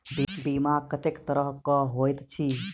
बीमा कत्तेक तरह कऽ होइत छी?